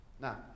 Now